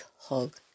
hug